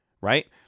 right